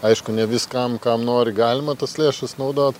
aišku ne viskam kam nori galima tas lėšas naudot